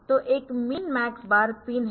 तो एक min max bar pin है